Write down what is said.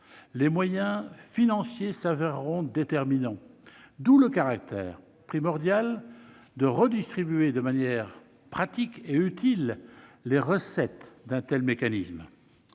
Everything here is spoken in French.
les moyens financiers se révéleront déterminants. C'est pourquoi il est primordial de redistribuer de manière pratique et utile les recettes d'un tel mécanisme.